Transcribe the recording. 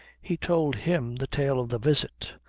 he told him the tale of the visit,